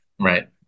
right